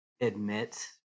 admit